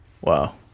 Wow